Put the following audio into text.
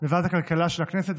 בוועדת הכלכלה של הכנסת,